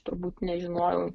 trubūt nežinojau